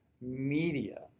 media